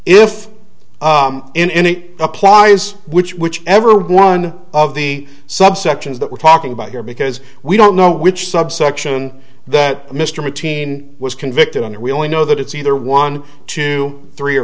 if in it applies which whichever one of the subsections that we're talking about here because we don't know which subsection that mr machine was convicted under we only know that it's either one two three or